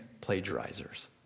plagiarizers